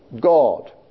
God